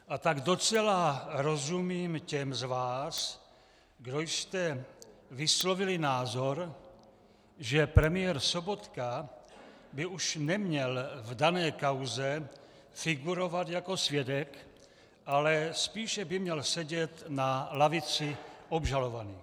A tak docela rozumím těm z vás, kdo jste vyslovili názor, že premiér Sobotka by už neměl v dané kauze figurovat jako svědek, ale spíše by měl sedět na lavici obžalovaných.